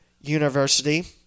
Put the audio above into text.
university